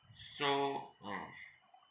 so ah